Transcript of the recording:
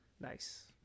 nice